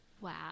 Wow